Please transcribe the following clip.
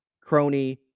Crony